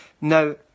Now